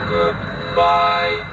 Goodbye